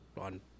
on